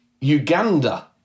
Uganda